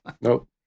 Nope